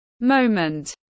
Moment